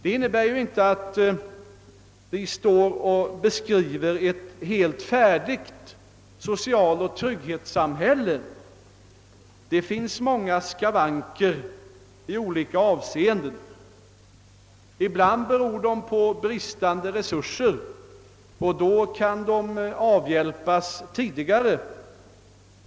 Att framhålla detta innebär inte att man beskriver ett helt färdigt socialoch trygghetssamhälle. Det finns skavanker i många avseenden. Ibland beror skavankerna på bristande resurser, och då kan de avhjälpas tidigare.